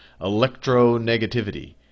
electronegativity